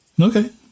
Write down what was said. Okay